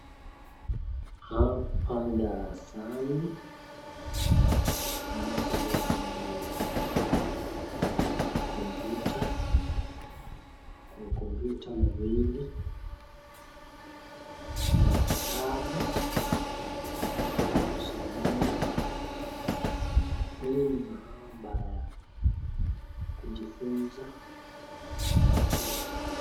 Hapa ni darasani, darasa la kompyuta, kuna kompyuta mawili, kuna vitabu vya kusomea. Hii ni maabara ya kujifunza kompyuta.